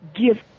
give